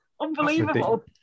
unbelievable